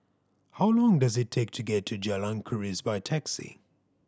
how long does it take to get to Jalan Keris by taxi